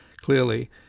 clearly